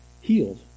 healed